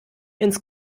ins